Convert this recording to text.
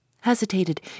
Hesitated